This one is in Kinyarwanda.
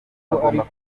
bagomba